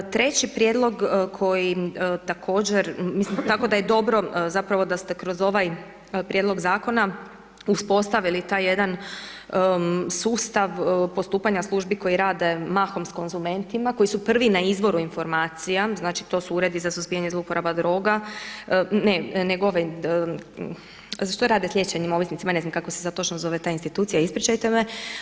Treći prijedlog koji također, mislim tako da je dobro zapravo da ste kroz ovaj prijedlog zakona uspostavili taj jedan sustav postupanja službi koji rade mahom s konzumentima, koji su prvi na izvoru informacija, znači to su uredi za suzbijanje zlouporaba droga, ne, nego ovaj što rade s liječenim ovisnicima, ne znam kako se sad točno zove ta institucija, ispričajte me.